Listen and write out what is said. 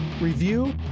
review